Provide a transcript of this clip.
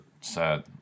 sad